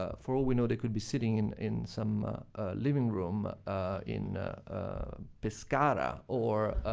ah for all we know, they could be sitting in in some living room in pescara or,